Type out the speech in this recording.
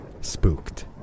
spooked